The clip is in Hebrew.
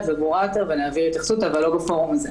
וברורה יותר ונעביר התייחסות אבל לא בפורום הזה.